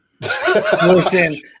Listen